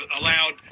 allowed